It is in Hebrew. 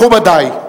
מכובדי,